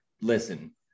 listen